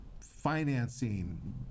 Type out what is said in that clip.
financing